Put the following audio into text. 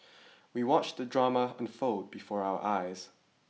we watched the drama unfold before our eyes